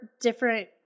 different